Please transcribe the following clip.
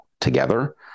together